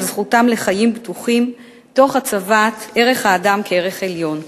זכותם לחיים בטוחים תוך הצבת ערך האדם כערך עליון.